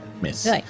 miss